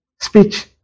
Speech